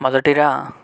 మొదటిగా